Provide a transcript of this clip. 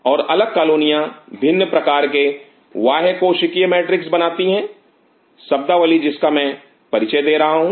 और अलग कालोनियां भिन्न प्रकार के बाह्य कोशिकीय मैट्रिक्स बनाती हैं शब्दावली जिनका मैं परिचय दे रहा हूं